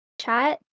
chat